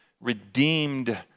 redeemed